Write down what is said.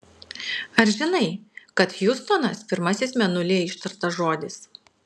ar žinai kad hjustonas pirmasis mėnulyje ištartas žodis